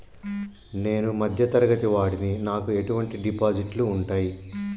నేను మధ్య తరగతి వాడిని నాకు ఎటువంటి డిపాజిట్లు ఉంటయ్?